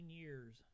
years